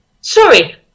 sorry